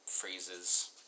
phrases